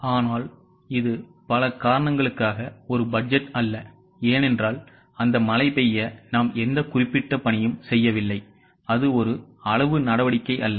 ஆனால் இது பல காரணங்களுக்காக ஒரு பட்ஜெட் அல்ல ஏனென்றால் அந்த மழை பெய்ய நாம் எந்த குறிப்பிட்ட பணியும் செய்யவில்லை அது ஒரு அளவு நடவடிக்கை அல்ல